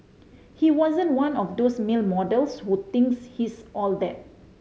he wasn't one of those male models who thinks he's all that